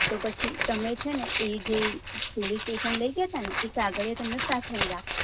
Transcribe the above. તો પછી તમે છે ને એ જે પોલીસ સ્ટેશન લઈ ગયા હતા ને એ કાગળિયા તમે સાચવીને રાખજો